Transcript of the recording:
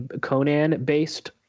Conan-based